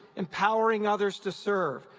empowering others to serve,